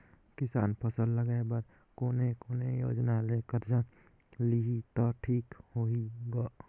किसान फसल लगाय बर कोने कोने योजना ले कर्जा लिही त ठीक होही ग?